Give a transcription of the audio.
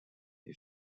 who